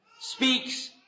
speaks